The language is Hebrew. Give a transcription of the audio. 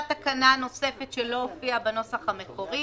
תקנה נוספת שלא הופיעה בנוסח המקורי: